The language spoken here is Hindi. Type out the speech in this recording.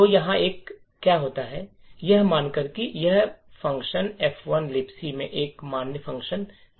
तो यहाँ क्या होता है यह मानकर कि यह फ़ंक्शन F1 Libc में एक मान्य फ़ंक्शन है